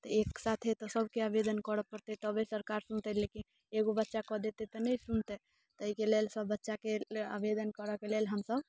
तऽ एकसाथे तऽ सभके आवेदन करय पड़तै तबे सरकार सुनतै लेकिन एगो बच्चा कऽ देतै तऽ नहि सुनतै ताहिके लेल सभबच्चाके आवेदन करयके लेल हमसभ